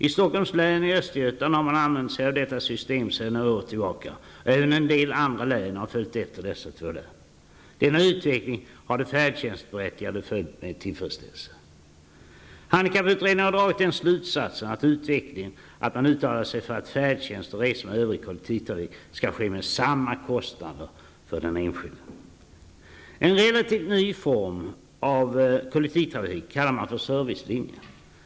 I Stockholms län och i Östergötland har man använt sig av detta system sedan några år tillbaka, och även en del andra län har följt efter dessa två län. Denna utveckling har de färdtjänstberättigade följt med tillfredsställelse. Handikapputredningen har dragit den slutsatsen av utvecklingen att man uttalar sig för att färdtjänst och resa med övrig kollektivtrafik skall ske med samma kostnader för den enskilde. En relativt ny form av kollektivtrafik kallas för servicelinje.